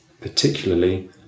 particularly